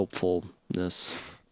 hopefulness